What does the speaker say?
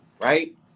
right